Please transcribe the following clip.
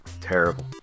Terrible